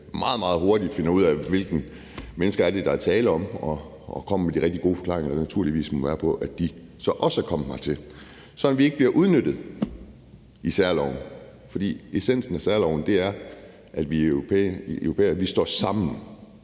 meget hurtigt finder ud af, hvilke mennesker der er tale om, og kommer med de rigtig gode forklaringer, der naturligvis må være, på, at de så også er kommet hertil, sådan at vi ikke bliver udnyttet med særloven. For essensen i særloven er, at vi europæere står sammen